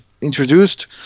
introduced